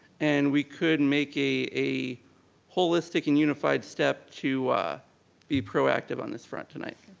and we could make a a holistic and unified step to be proactive on this front tonight.